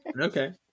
Okay